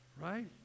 right